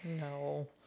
no